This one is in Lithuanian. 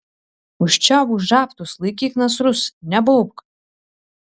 užčiaupk žabtus laikyk nasrus nebaubk